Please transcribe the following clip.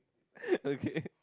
okay